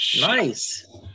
Nice